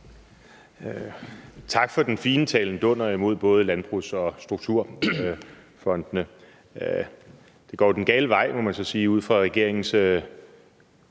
Tak for den fine talen dunder imod landbrugs- og strukturfondene. Det går jo den gale vej, må man så sige, ud fra regeringens